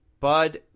Bud